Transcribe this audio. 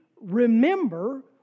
remember